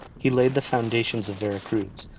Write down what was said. he laid the foundations of vera-cruz,